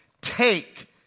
take